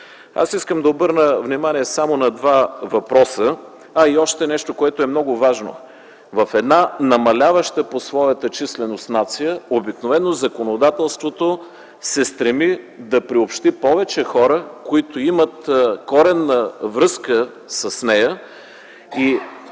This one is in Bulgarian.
на държавна, църковна и прочее независимост. Още нещо, което е много важно. В една намаляваща по своята численост нация обикновено законодателството се стреми да приобщи повече хора, които имат коренна връзка с нея.